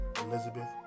Elizabeth